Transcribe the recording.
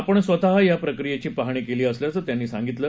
आपण स्वतः या प्रक्रीयेची पाहणी केली असल्याचं त्यांनी सांगितलं